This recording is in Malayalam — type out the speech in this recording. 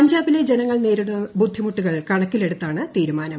പഞ്ചാബിലെ ജനങ്ങൾ നേരിടുന്ന ബുദ്ധിമുട്ടുകൾ കണക്കിലെടുത്താണ് തീരുമാനം